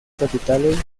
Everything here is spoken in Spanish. capitales